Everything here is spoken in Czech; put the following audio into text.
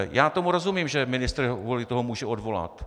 Já tomu rozumím, že ministr ho kvůli tomu může odvolat.